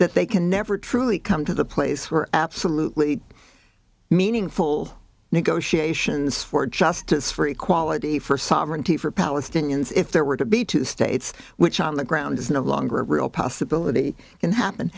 that they can never truly come to the place where absolutely meaningful negotiations for justice for equality for sovereignty for palestinians if there were to be two states which on the ground is no longer a real possibility can happen